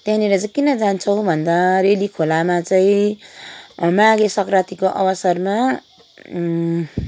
त्यहाँनिर चाहिँ किन जान्छौँ भन्दा रेली खोलामा चाहिँ माघे सङ्क्रान्तिको अवसरमा